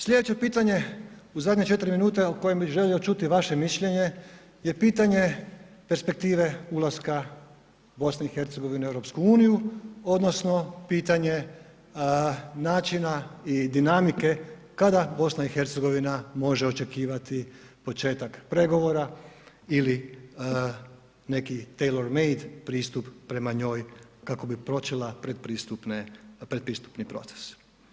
Slijedeće pitanje u zadnje 4 minute o kojem bi želio čuti vaše mišljenje je pitanje perspektive ulaska BiH u EU odnosno pitanje načina i dinamike kada BiH može očekivati početak pregovora ili neki tailor made pristup prema njoj kako bi počela pretpristupne, pretpristupni proces?